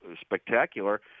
spectacular